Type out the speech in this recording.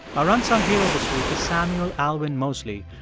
our unsung hero this week is samuel alwyine-mosely,